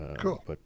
Cool